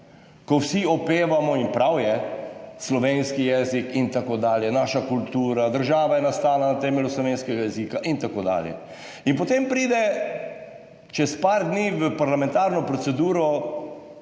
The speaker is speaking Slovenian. ko vsi opevamo, in prav je, slovenski jezik in tako dalje, naša kultura, država je nastala na temelju slovenskega jezika in tako dalje. In potem pride čez nekaj dni v parlamentarno proceduro